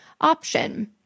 option